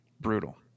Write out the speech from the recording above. Brutal